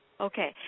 Okay